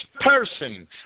person